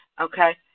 Okay